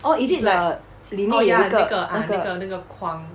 orh is it the 里面有一个那个